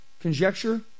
conjecture